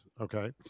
okay